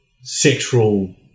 sexual